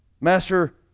master